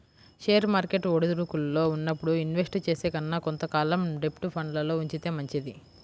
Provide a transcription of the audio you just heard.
share market ఒడిదుడుకుల్లో ఉన్నప్పుడు invest చేసే కన్నా కొంత కాలం డెబ్ట్ ఫండ్లల్లో ఉంచితే మంచిది